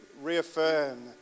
reaffirm